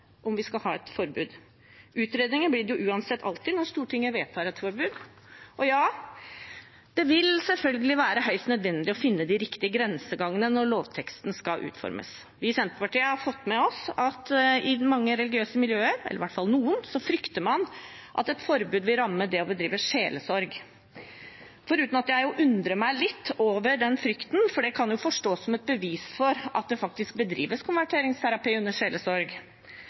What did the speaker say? om vi skal ha et forbud. Utredninger blir det uansett alltid når Stortinget vedtar et forbud. Det vil selvfølgelig være høyst nødvendig å finne de riktige grensegangene når lovteksten skal utformes. Vi i Senterpartiet har fått med oss at man i mange religiøse miljøer, eller i hvert fall noen, frykter at et forbud vil ramme det å bedrive sjelesorg. Jeg undrer meg litt over den frykten, for det kan jo forstås som et bevis for at det faktisk bedrives konverteringsterapi under sjelesorg,